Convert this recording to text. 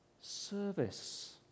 service